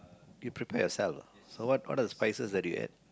you prepare youself lah so what what are the spices that you have